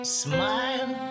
smile